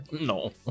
No